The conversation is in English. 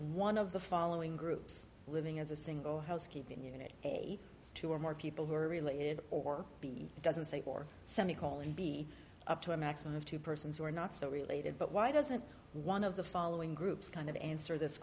one of the following groups living as a single housekeeping unit two or more people who are related or doesn't say or semi colon d up to a maximum of two persons who are not so related but why doesn't one of the following groups kind of answer this